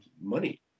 money